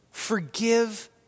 Forgive